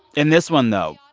and this one, though,